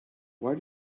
why